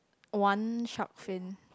one shark fin